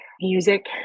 music